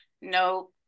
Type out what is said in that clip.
no